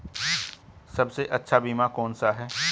सबसे अच्छा बीमा कौन सा है?